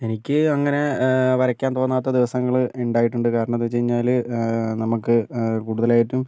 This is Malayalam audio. എനിക്ക് അനങ്ങനെ വരക്കാൻ തോന്നാത്ത ദിവസങ്ങൾ ഉണ്ടായിട്ടുണ്ട് കരണെന്താന്ന് വെച്ചു കഴിഞ്ഞാൽ നമുക്ക് കൂടുതലായിട്ടും